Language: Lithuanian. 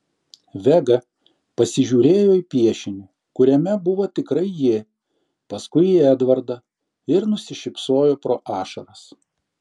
vega pasižiūrėjo į piešinį kuriame buvo tikrai ji paskui į edvardą ir nusišypsojo pro ašaras